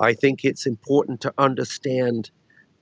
i think it's important to understand